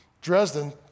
Dresden